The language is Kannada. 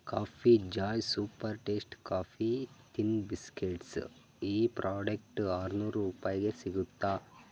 coffee joy super taste coffee thin biscuits ಈ ಪ್ರಾಡಕ್ಟು ಆರುನೂರು ರೂಪಾಯಿಗೆ ಸಿಗುತ್ತಾ